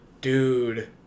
Dude